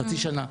חצי שנה,